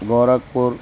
Gorakhpur